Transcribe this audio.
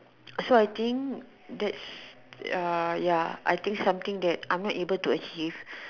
so I think that's uh ya something that I'm not able to achieve